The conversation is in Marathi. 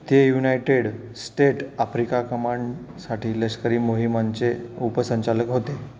ते युनायटेड स्टेट आफ्रिका कमांडसाठी लष्करी मोहिमांचे उपसंचालक होते